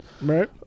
Right